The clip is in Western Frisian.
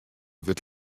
wurdt